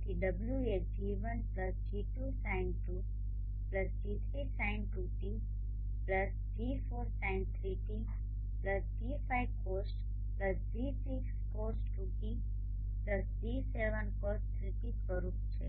તેથી w એ G1G2sinτG3sin2τG4sin3τG5cosτG6cos2τG7cos3τ સ્વરૂપનુ છે